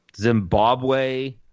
Zimbabwe